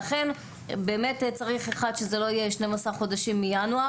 לכן צריך: א'- שזה לא יהיה 12 חודשים מינואר,